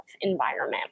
environment